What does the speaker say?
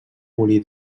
molí